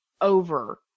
over